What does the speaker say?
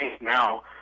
now